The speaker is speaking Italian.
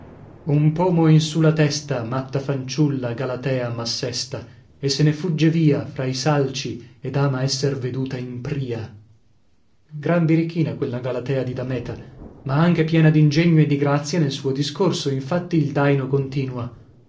un pomo in su la testa matta fanciulla galatea m'assesta e se ne fugge via fra i salci ed ama esser veduta in pria gran birichina quella galatea di dameta ma anche piena d'ingegno e di grazia nel suo discorso infatti il daino continua